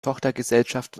tochtergesellschaft